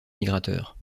migrateurs